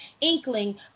inkling